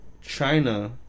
China